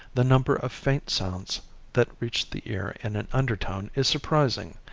the number of faint sounds that reach the ear in an undertone is surprising.